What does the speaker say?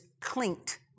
clinked